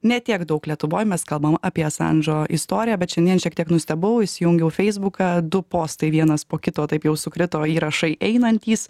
ne tiek daug lietuvoj mes kalbam apie asandžo istoriją bet šiandien šiek tiek nustebau įsijungiau feisbuką du postai vienas po kito taip jau sukrito įrašai einantys